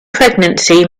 pregnancy